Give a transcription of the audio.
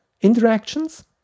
interactions